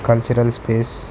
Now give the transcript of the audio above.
cultural space